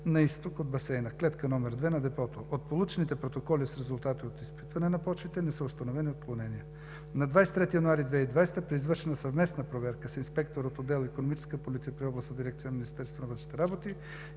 на изток от басейна – Клетка № 2 на депото. От получените протоколи с резултати от изпитване на почвите не са установени отклонения. На 23 януари 2020 г. при извършване на съвместна проверка с инспектор от отдел „Икономическа полиция“ при Областна дирекция на Министерството на вътрешните работи